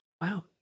Wow